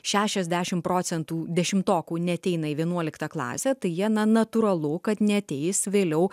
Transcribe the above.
šešiasdešimt procentų dešimtokų neateina į vienuoliktą klasę tai jena natūralu kad neateis vėliau